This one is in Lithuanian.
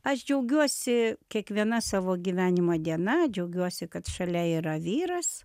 aš džiaugiuosi kiekviena savo gyvenimo diena džiaugiuosi kad šalia yra vyras